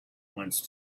once